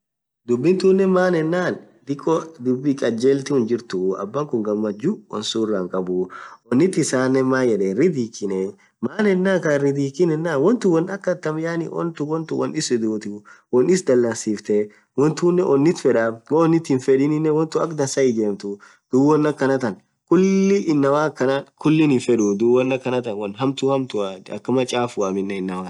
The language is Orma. dhubi tunen maaenen dhubii kaljelthuu hinjirtuu abakhun ghamachu wonsurah hinkhabu onnith isanen mayedhi hirdhikine maaenen kahirdhiki yenen wontun won akhaatham yaani wontun won ishii udhiidhu won isii dhalasifthe wontunen onnit fedhaa woo onnit hinfedhin wontun akha dhansaa hijemthuu dhub won akhanathan khulii inamaa akhan hinfedhu dhub won akhanatha won hamtu hamtua akhamaa chafua